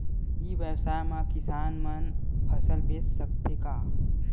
ई व्यवसाय म किसान मन फसल बेच सकथे का?